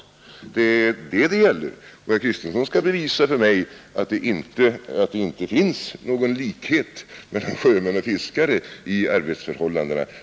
Det är det det gäller, och herr Kristenson skall bevisa för mig att det inte finns någon likhet mellan sjömän och fiskare i arbetsförhållandena.